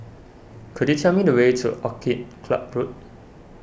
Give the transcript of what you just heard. could you tell me the way to Orchid Club Road